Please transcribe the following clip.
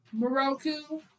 Moroku